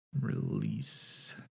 release